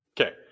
Okay